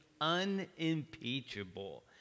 unimpeachable